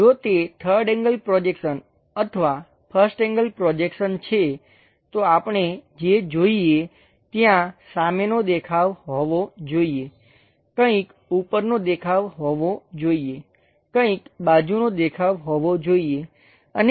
જો તે 3rd angle projection અથવા 1st એન્ગલ પ્રોજેક્શન છે તો આપણે જે જોઈએ ત્યાં સામેનો દેખાવ હોવો જોઈએ કંઈક ઉપરનો દેખાવ હોવો જોઈએ કંઈક બાજુનો દેખાવ હોવો જોઈએ